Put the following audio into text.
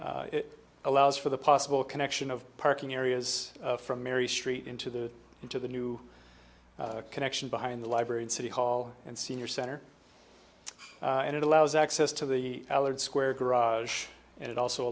do it allows for the possible connection of parking areas from mary street into the into the new connection behind the library and city hall and senior center and it allows access to the allard square garage and it also